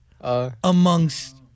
amongst